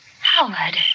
Howard